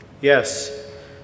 Yes